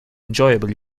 enjoyable